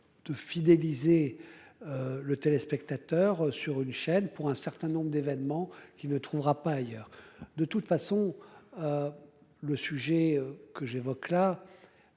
De fidéliser. Le téléspectateur sur une chaîne pour un certain nombre d'événements qui ne trouvera pas ailleurs. De toute façon. Le sujet que j'évoque là.